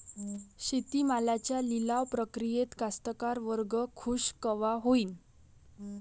शेती मालाच्या लिलाव प्रक्रियेत कास्तकार वर्ग खूष कवा होईन?